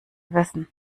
wissen